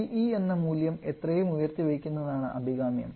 TE എന്ന മൂല്യം എത്രയും യും ഉയർത്തി വെയ്ക്കുന്നതാണ് അഭികാമ്യം